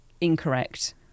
Incorrect